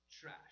trash